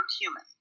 human